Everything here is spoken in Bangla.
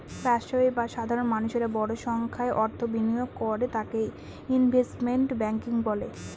ব্যবসায়ী বা সাধারণ মানুষেরা বড় সংখ্যায় অর্থ বিনিয়োগ করে তাকে ইনভেস্টমেন্ট ব্যাঙ্কিং বলে